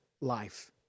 life